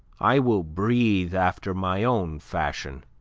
i will breathe after my own fashion.